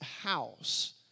house